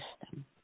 system